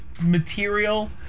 material